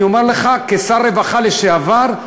אני אומר לך כשר רווחה לשעבר,